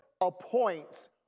appoints